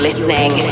listening